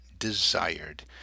Desired